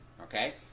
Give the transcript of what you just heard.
Okay